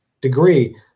degree